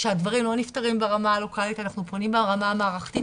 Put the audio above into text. כשהדברים לא נפתרים ברמה הלוקאלית אנחנו פונים ברמה המערכתית,